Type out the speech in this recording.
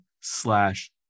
slash